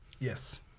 Yes